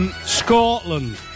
Scotland